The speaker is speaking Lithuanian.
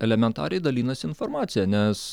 elementariai dalinasi informacija nes